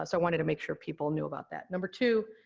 i wanted to make sure people knew about that. number two,